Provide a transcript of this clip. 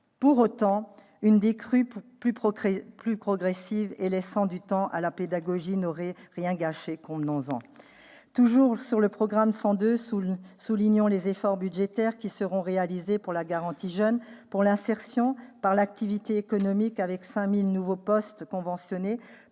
convenons qu'une décrue plus progressive et laissant du temps à la pédagogie n'aurait rien gâché. S'agissant toujours du programme 102, nous tenons à souligner les efforts budgétaires réalisés pour la garantie jeunes, pour l'insertion par l'activité économique avec 5 000 nouveaux postes conventionnés,